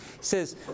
says